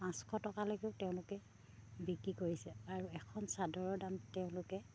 পাঁচশ টকালৈকেও তেওঁলোকে বিক্ৰী কৰিছে আৰু এখন চাদৰৰ দাম তেওঁলোকে